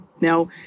now